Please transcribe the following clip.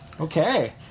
Okay